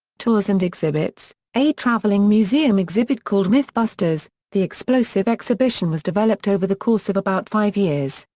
tours and exhibits a traveling museum exhibit called mythbusters the explosive exhibition was developed over the course of about five years,